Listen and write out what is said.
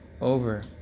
over